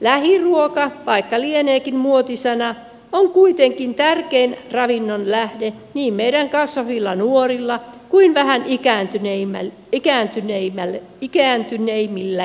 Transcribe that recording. lähiruoka vaikka lieneekin muotisana on kuitenkin tärkein ravinnonlähde niin meidän kasvavilla nuorilla kuin vähän ikääntyneemmilläkin ihmisillä